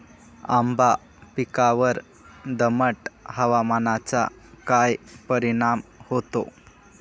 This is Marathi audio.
आंबा पिकावर दमट हवामानाचा काय परिणाम होतो?